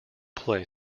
play